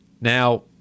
Now